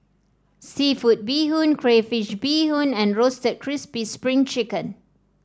seafood Bee Hoon Crayfish Beehoon and Roasted Crispy Spring Chicken